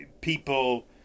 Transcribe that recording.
people